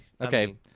Okay